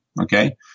Okay